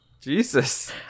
Jesus